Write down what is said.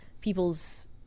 people's